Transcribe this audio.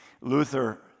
Luther